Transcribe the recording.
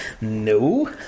No